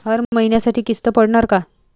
हर महिन्यासाठी किस्त पडनार का?